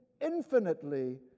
infinitely